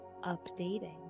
updating